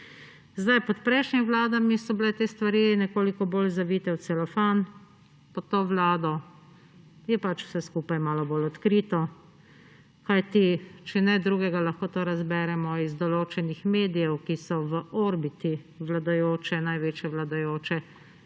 Pod prejšnjimi vladami so bile te stvari nekoliko bolj zavite v celofan, pod to vlado je pač vse skupaj malo bolj odkrito. Kajti če ne drugega, lahko to razberemo iz določenih medijev, ki so v orbiti največje vladajoče